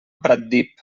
pratdip